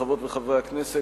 חברות וחברי הכנסת,